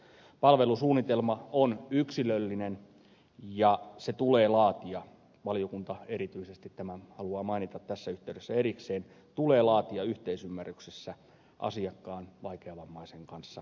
palvelusuunnitelma on yksilöllinen ja se tulee laatia valiokunta erityisesti tämän haluaa mainita tässä yhteydessä erikseen yhteisymmärryksessä asiakkaan vaikeavammaisen kanssa